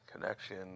connection